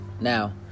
Now